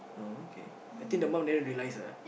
oh okay I think the mom never realise ah